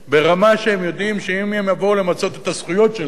ברמה שהם יודעים שאם הם יבואו למצות את הזכויות שלהם,